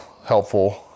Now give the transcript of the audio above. helpful